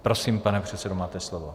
Prosím, pane předsedo, máte slovo.